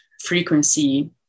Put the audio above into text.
frequency